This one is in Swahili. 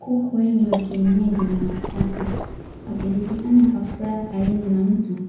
Kuku wengi wa kienyeji na wa kisasa wakijikusanya kwa furaha karibu na mtu